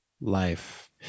life